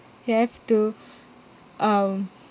you have to um